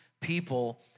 people